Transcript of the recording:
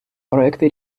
проекти